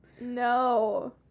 no